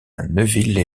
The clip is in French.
neuville